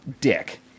dick